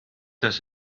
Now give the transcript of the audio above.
does